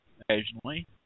occasionally